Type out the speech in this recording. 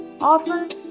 often